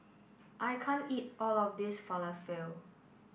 I can't eat all of this Falafel